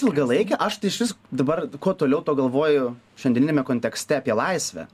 ilgalaikę aš tai išvis dabar kuo toliau tuo galvoju šiandieniniame kontekste apie laisvę